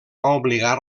obligar